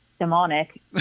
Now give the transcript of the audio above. demonic